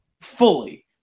fully